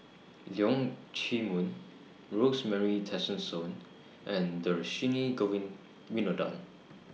Leong Chee Mun Rosemary Tessensohn and Dhershini Govin Winodan